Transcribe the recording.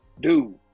Dude